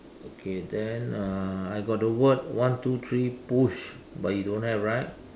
okay then uh I got the word one two three push but you don't have right